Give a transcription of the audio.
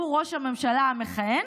שהוא ראש הממשלה המכהן,